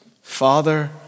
Father